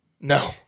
No